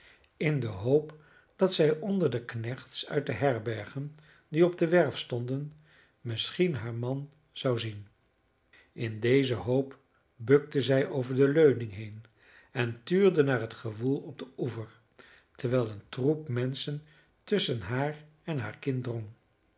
in de hoop dat zij onder de knechts uit de herbergen die op de werf stonden misschien haar man zou zien in deze hoop bukte zij over de leuning heen en tuurde naar het gewoel op den oever terwijl een troep menschen tusschen haar en haar